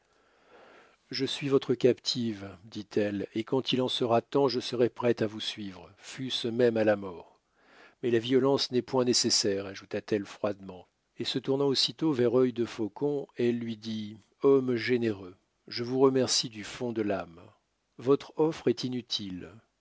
je suis votre captive dit-elle et quand il en sera temps je serai prête à vous suivre fût-ce même à la mort mais la violence n'est point nécessaire ajouta-t-elle froidement et se tournant aussitôt vers œil de faucon elle lui dit homme généreux je vous remercie du fond de l'âme votre offre est inutile